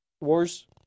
Wars